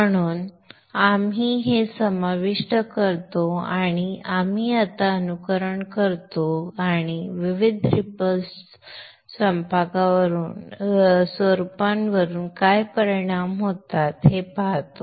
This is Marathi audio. म्हणून आपण हे समाविष्ट करतो आणि आता आपण अनुकरण करतो आणि विविध रीपल स्वरूपांवर काय परिणाम होतात ते पाहतो